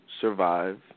survive